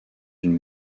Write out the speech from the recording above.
une